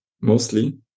mostly